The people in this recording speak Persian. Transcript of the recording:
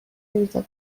روزگار